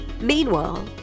Meanwhile